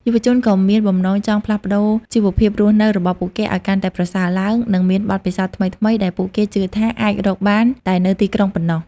យុវជនក៏មានបំណងចង់ផ្លាស់ប្តូរជីវភាពរស់នៅរបស់ពួកគេឲ្យកាន់តែប្រសើរឡើង និងមានបទពិសោធន៍ថ្មីៗដែលពួកគេជឿថាអាចរកបានតែនៅទីក្រុងប៉ុណ្ណោះ។